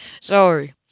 Sorry